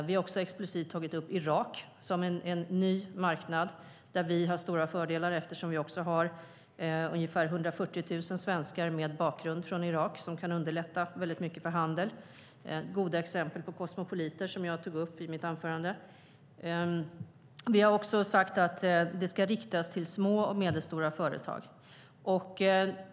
Vi har också explicit tagit upp Irak som en ny marknad, där Sverige har stora fördelar eftersom det finns ungefär 140 000 svenskar med bakgrund från Irak som kan underlätta handeln. De är goda exempel på kosmopoliter, som jag tog upp i mitt inledningsanförande. Vi har också sagt att anslagen ska riktas till små och medelstora företag.